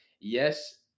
yes